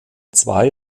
zwei